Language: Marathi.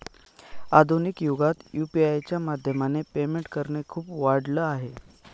आधुनिक युगात यु.पी.आय च्या माध्यमाने पेमेंट करणे खूप वाढल आहे